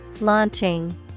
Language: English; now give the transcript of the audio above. Launching